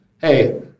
hey